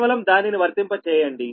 కేవలం దానిని వర్తింప చేయండి